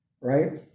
right